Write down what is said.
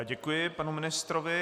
Děkuji panu ministrovi.